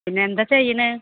പിന്നെ എന്താണ് ചെയ്യുന്നത്